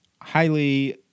Highly